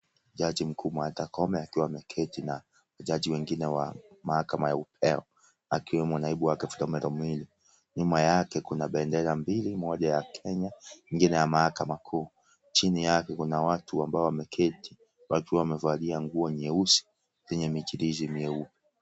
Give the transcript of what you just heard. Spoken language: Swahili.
Jaji mkuu Martha Koome akiwa ameketi na jaji wengine wa mahakama ya upeo. Akiwemo naibu wa Philomena Mwilu. Nyuma yake kuna bendera mbili, moja ya kenya, nyingine ya mahakama kuu. Chini yake kuna watu ambao wameketi wakiwa wamevalia nguo nyeusi yenye michirizi mieupe.